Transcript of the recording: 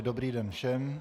Dobrý den všem.